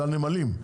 לנמלים,